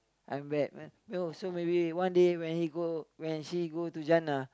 I'm bad man know so maybe one day when he go when she go to jannah